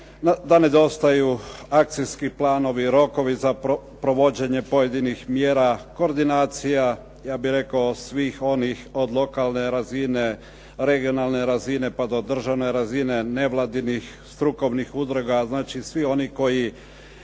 da nedostaju akcijski planovi, rokovi za provođenje pojedinih mjera, koordinacija, ja bih rekao svih onih, od lokalne razine, regionalne razine pa do državne razine, nevladinih strukovnih udruga. Znači svi oni koji